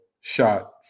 shot